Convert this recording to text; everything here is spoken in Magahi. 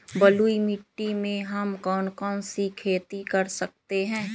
बलुई मिट्टी में हम कौन कौन सी खेती कर सकते हैँ?